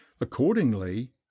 accordingly